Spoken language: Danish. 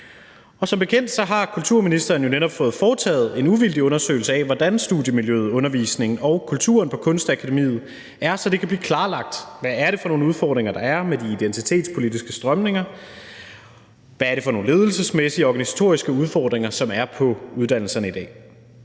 Som bekendt har kulturministeren jo netop fået foretaget en uvildig undersøgelse af, hvordan studiemiljøet, undervisningen og kulturen på Kunstakademiet er, så det kan blive klarlagt, hvad det er for nogle udfordringer, der er med de identitetspolitiske strømninger, og hvad det er for nogle ledelsesmæssige og organisatoriske udfordringer, som er på uddannelserne i dag.